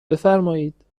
بفرمایید